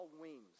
Wings